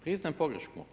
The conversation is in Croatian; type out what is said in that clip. Priznajem pogrešku.